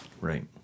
Right